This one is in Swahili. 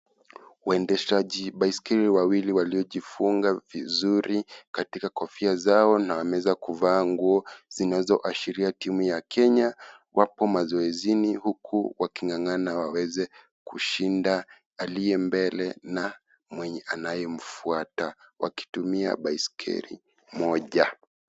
Waendeshaji baiskeli wawili waliojifunga vizuri katika kofia zao na wameeza kuvaa nguo zinazoashiria timu ya Kenya, wapo mazoezini huku wakingangana waweze kushinda aliye mbele na mwenye anaye mfuata wakitumia baiskeli moja.